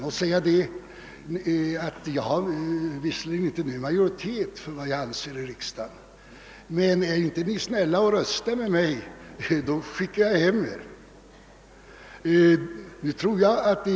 Statsministern skall alltså enligt min mening inte kunna säga: Jag har visserligen inte nu majoritet i riksdagen för vad jag anser, men är ni inte snälla och röstar med mig, så skickar jag hem er.